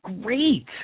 Great